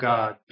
God